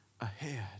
ahead